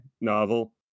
novel